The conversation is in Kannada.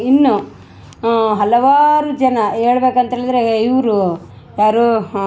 ಇನ್ನು ಹಲವಾರು ಜನ ಹೇಳ್ಬೇಕು ಅಂತೇಳಿದರೆ ಎ ಇವರು ಯಾರು